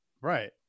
right